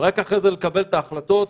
ורק אחרי זה לקבל את ההחלטות.